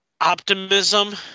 Optimism